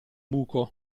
buco